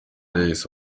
yahise